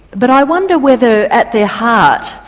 but i wonder whether at their heart,